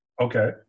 Okay